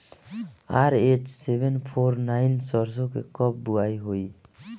RH seven four nine सरसो के कब बुआई होई?